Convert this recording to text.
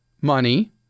money